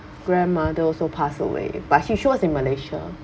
grandmother also pass away but she she was in malaysia